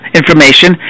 information